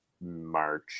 March